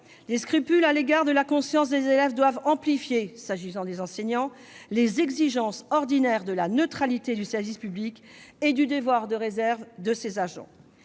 Les scrupules à l'égard de la conscience des élèves doivent amplifier, s'agissant des enseignants, les exigences ordinaires de la neutralité du service public et du devoir de réserve de ses agents.